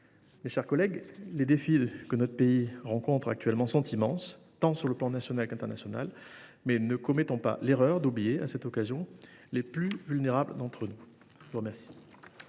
Mes chers collègues, les défis que notre pays rencontre actuellement sont immenses, sur le plan tant national qu’international. Mais ne commettons pas l’erreur d’oublier à cette occasion les plus vulnérables d’entre nous. La parole